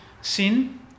Sin